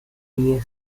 nie